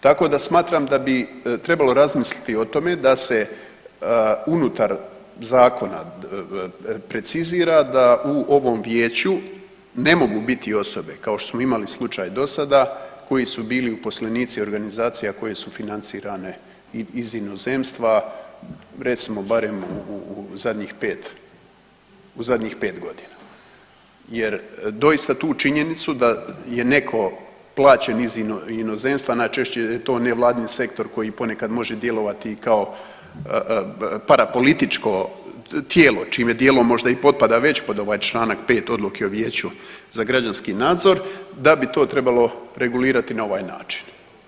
Tako da smatram da bi trebalo razmisliti o tome da se unutar zakona precizira da u ovom vijeću ne mogu biti osobe kao što smo imali slučaj dosada koji su bili uposlenici organizacija koje su financirane iz inozemstva, recimo barem u zadnjih 5, u zadnjih 5.g. jer doista tu činjenicu da je neko plaćen iz inozemstva, najčešće je to nevladin sektor koji ponekad može djelovati i kao parapolitičko tijelo, čime tijelo možda i potpada već pod ovaj čl. 5. odluke o Vijeću za građanski nadzor, da bi to trebalo regulirati na ovaj način.